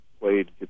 played